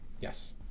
Yes